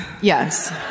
Yes